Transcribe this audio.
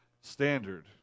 standard